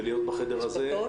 אני אנסה להתמקד יותר בצד המשקי.